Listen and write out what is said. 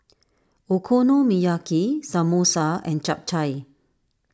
Okonomiyaki Samosa and Japchae